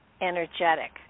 energetic